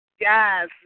Yes